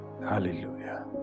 Hallelujah